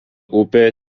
upė